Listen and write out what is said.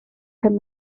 pum